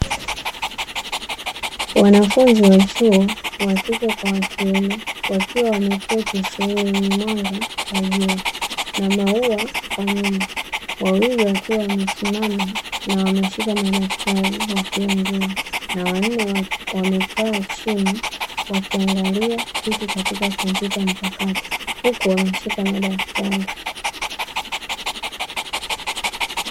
Wanafunzi wa chuo wakike kwa wakiume wakiwa wameketi sehemu yenye mwanga wa jua na maua kwa nyuma, wawili wakiwa wamesimama na wameshika madaftari wakiongea na wanne wamekaa chini wakiangalia kitu kwenye kompyuta mpakato huku wameshika madaftari.